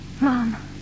Mom